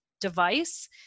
device